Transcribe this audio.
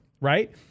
right